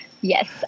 Yes